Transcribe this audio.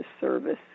service